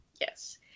Yes